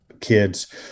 kids